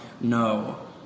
No